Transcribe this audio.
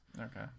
Okay